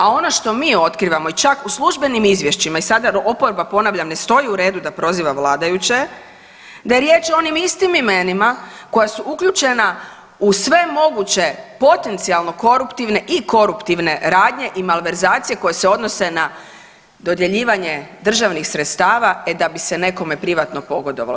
A ono što mi otkrivamo i čak u službenim izvješćima i sada oporba ponavljam ne stoji u redu da proziva vladajuće da je riječ o onim istim imenima koja su uključena u sve moguće potencijalno koruptivne i koruptivne radnje i malverzacije koje se odnose na dodjeljivanje državnih sredstava e da bi se nekome privatno pogodovalo.